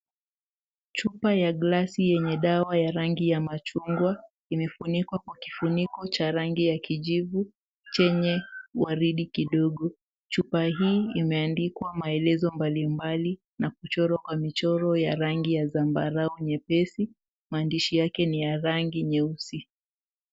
Chupa ya glasi yenye dawa ya rangi ya machungwa imefunikwa kwa kifuniko cha rangi ya kijivu chenye waridi kidogo. Chupa hii imeandikwa maelezo mbalimbali na kuchorwa kwa michoro ya rangi ya zambarau nyepesi, maandishi yake ni ya rangi nyeusi.